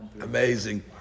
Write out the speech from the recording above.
Amazing